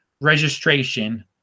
registration